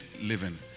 living